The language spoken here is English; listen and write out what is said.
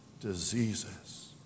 diseases